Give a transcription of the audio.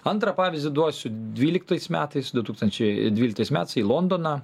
antrą pavyzdį duosiu dvyliktais metais du tūkstančiai dvyliktais metais į londoną